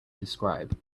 describe